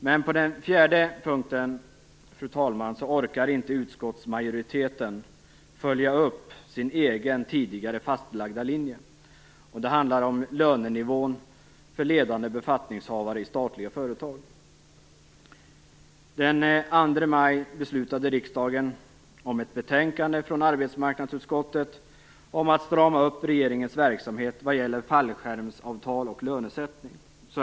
Men på den fjärde punkten, fru talman, orkar inte utskottsmajoriteten följa upp sin egen tidigare fastlagda linje. Det handlar om lönenivån för ledande befattningshavare i statliga företag. Den 2 maj beslutade riksdagen om ett betänkande från arbetsmarknadsutskottet om att strama upp regeringens verksamhet vad gäller fallskärmsavtal och lönesättning.